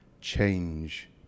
change